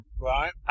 Right